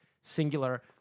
singular